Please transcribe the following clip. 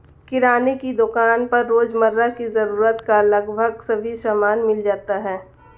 किराने की दुकान पर रोजमर्रा की जरूरत का लगभग सभी सामान मिल जाता है